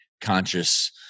conscious